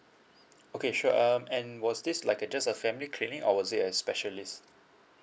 okay sure um and was this like a just a family clinic or was it a specialist